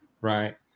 right